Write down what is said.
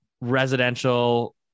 residential